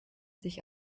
sich